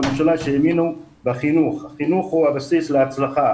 החינוך הוא הבסיס להצלחה.